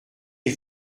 est